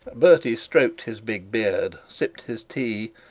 bertie stroked his big beard, sipped his tea,